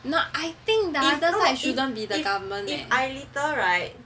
no I think either side shouldn't be the government leh